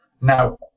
Now